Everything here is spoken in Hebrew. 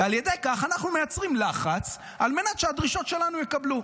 ועל ידי כך אנחנו מייצרים לחץ על מנת שהדרישות שלנו יתקבלו.